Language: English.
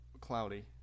cloudy